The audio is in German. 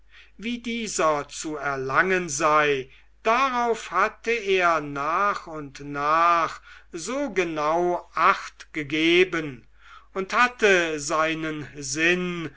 wie dieser zu erlangen sei darauf hatte er nach und nach so genau achtgegeben und hatte seinen sinn